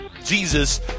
Jesus